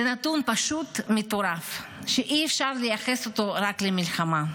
זה נתון פשוט מטורף שאי-אפשר לייחס אותו רק למלחמה.